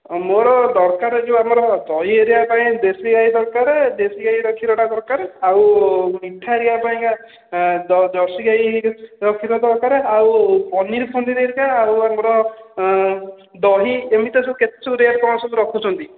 ମୋର ଦରକାର ଏଇ ଯୋଉ ଆମର ଦହି ହେରିଆ ପାଇଁ ଦେଶୀ ଗାଈ ଦରକାର ଦେଶୀ ଗାଈ ର କ୍ଷୀରଟା ଦରକାରେ ଆଉ ମିଠା ହେରିକା ପାଇଁକା ଏ ଜର୍ସି ଗାଈର କ୍ଷୀର ଦରକାରେ ଆଉ ପନିର୍ ଫନିର ହେରିକା ଆଉ ଆମର ଦହି କେମିତି ତ ସବୁ କେତେ ସବୁ ରେଟ୍ କ'ଣ ରଖୁଛନ୍ତି